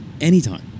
anytime